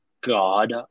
God